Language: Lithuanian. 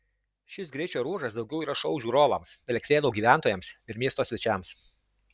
šis greičio ruožas daugiau yra šou žiūrovams elektrėnų gyventojams ir miesto svečiams